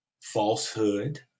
falsehood